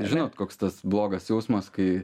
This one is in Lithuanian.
žinot koks tas blogas jausmas kai